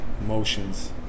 emotions